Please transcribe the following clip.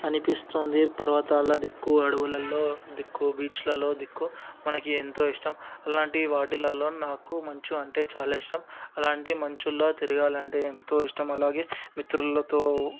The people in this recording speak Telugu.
అనిపిస్తుంది పర్వతాల దిక్కు అడవులల్లో దిక్కు బీచ్లల్లో ఓ దిక్కు మనకి ఎంతో ఇష్టం అలాంటి వాటిల్లో నాకు మంచు అంటే చాలా ఇష్టం అలాంటి మంచుల్లో తిరగాలంటే ఎంతో ఇష్టం అలాగే మిత్రులతో